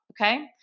Okay